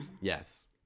Yes